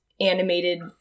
animated